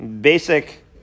basic